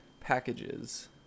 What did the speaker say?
packages